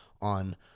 on